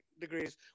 degrees